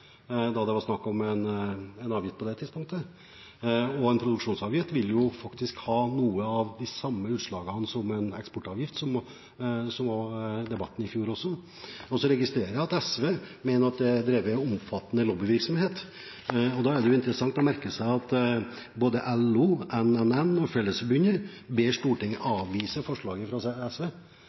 da det var snakk om en avgift på det tidspunktet. En produksjonsavgift vil ha noen av de samme utslagene som en eksportavgift, som det også var debatt om i fjor. Jeg registrerer at SV mener det er drevet omfattende lobbyvirksomhet. Da er det interessant å merke seg at både LO, NNN og Fellesforbundet ber Stortinget avvise forslaget fra SV.